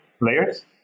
layers